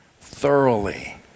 thoroughly